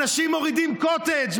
אנשים מורידים קוטג',